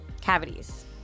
cavities